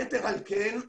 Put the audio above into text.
יתר על כן,